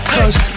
Cause